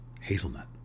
Hazelnut